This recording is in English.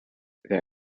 there